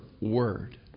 Word